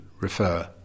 refer